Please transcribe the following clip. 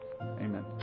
Amen